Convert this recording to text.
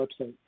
website